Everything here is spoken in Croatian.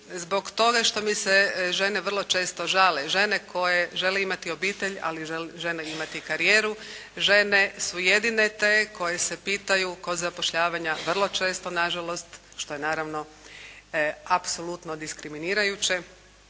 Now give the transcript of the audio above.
zbog toga što mi se žene vrlo često žale, žene koje žele imati obitelj, ali i žele imati karijeru. Žene su jedine te koje se pitaju kod zapošljavanja vrlo često na žalost, što je naravno apsolutno diskriminirajuće,